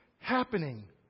happening